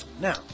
Now